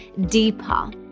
deeper